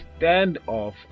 standoff